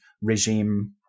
regime